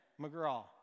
McGraw